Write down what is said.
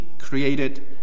created